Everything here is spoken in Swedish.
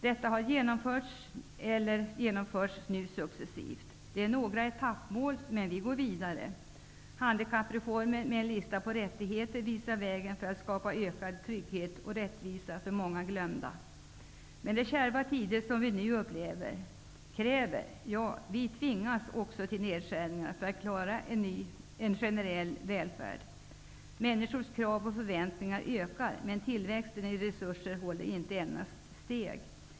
Detta har genomförts, eller genomförs nu, successivt. Det är några etappmål, men vi går vidare. Handikappreformen med en lista på rättigheter visar vägen för att skapa ökad trygghet och rättvisa för många glömda. Men de kärva tider som vi nu upplever kräver -- ja, tvingar fram -- nedskärningar för att vi skall klara en generell välfärd. Människors krav och förväntningar ökar, men tillväxten av resurserna håller inte jämna steg.